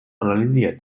analysiert